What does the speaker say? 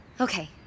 Okay